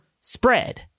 spread